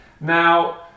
Now